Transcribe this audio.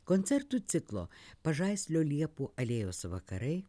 koncertų ciklo pažaislio liepų alėjos vakarai